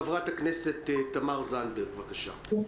חברת הכנסת תמר זנדברג בבקשה.